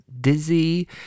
dizzy